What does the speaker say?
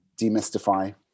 demystify